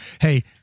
hey